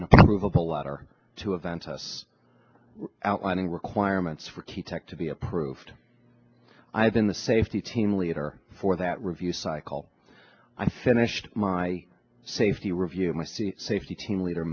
an approval letter to a ventus outlining requirements for key tech to be approved i have been the safety team leader for that review cycle i finished my safety review my c safety team leader